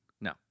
No